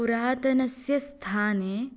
पुरातनस्य स्थाने